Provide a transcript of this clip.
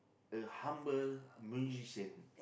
a humble musician